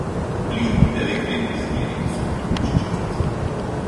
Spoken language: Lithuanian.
blyn beveik vien biznieriai suniurzgė čičinskas